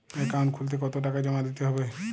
Account খুলতে কতো টাকা জমা দিতে হবে?